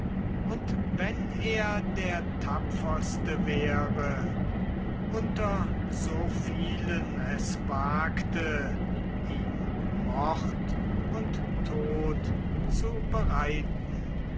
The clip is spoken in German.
und wenn er der tapferste wäre unter so vielen es wagte ihm mord und tod zu bereiten